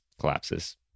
collapses